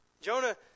Jonah